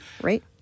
Right